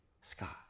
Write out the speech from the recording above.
Scott